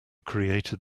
created